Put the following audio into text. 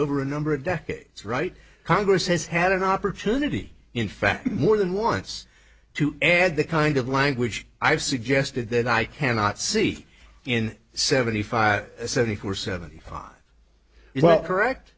over a number of decades right congress has had an opportunity in fact more than once to add the kind of language i've suggested that i cannot see in seventy five seventy four seventy one is well correct